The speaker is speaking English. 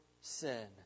sin